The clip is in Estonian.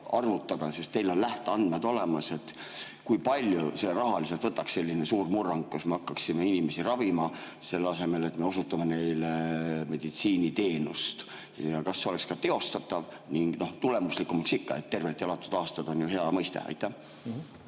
sest teil on lähteandmed olemas. Kui palju see rahaliselt võtaks, selline suur murrang, kui me hakkame inimesi ravima, selle asemel, et me osutame neile meditsiiniteenust? Kas see oleks ka teostatav? Tulemuslikum oleks ikka. "Tervelt elatud aastad" on ju hea mõiste. Tänan,